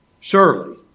Surely